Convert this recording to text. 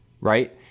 right